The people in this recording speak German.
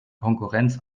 konkurrenz